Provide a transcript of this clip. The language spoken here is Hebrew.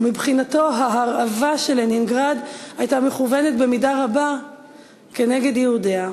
ומבחינתו ההרעבה של לנינגרד הייתה מכוונת במידה רבה כנגד יהודיה.